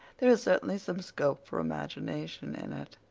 there is certainly some scope for imagination in it.